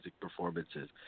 performances